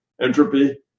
entropy